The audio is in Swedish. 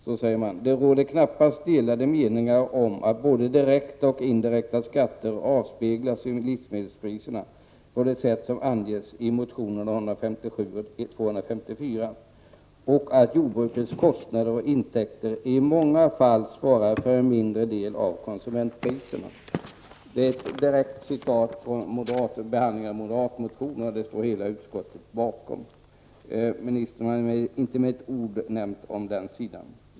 Man säger: ''Det råder knappast delade meningar om att både direkta och indirekta skatter avspeglas i livsmedelspriserna på det sätt som anges i motionerna Jo157 och Jo254 och att jordbrukets kostnader och intäkter i många fall svarar för en mindre andel av konsumentpriserna.'' Det är ett direkt citat från behandlingen av moderatmotionerna och hela utskottet står bakom. Ministern har inte med ett ord berört den sidan av saken.